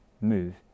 move